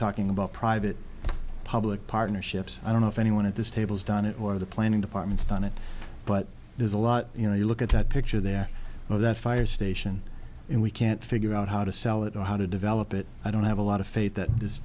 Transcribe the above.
talking about private public partnerships i don't know if anyone at this table is done it or the planning departments done it but there's a lot you know you look at that picture there where that fire station and we can't figure out how to sell it or how to develop it i don't have a lot of faith that